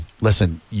Listen